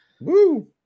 Woo